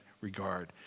regard